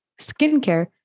skincare